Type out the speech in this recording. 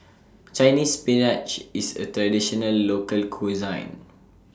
Chinese Spinach IS A Traditional Local Cuisine